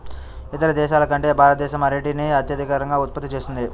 ఇతర దేశాల కంటే భారతదేశం అరటిని అత్యధికంగా ఉత్పత్తి చేస్తుంది